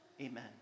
amen